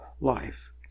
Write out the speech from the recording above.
life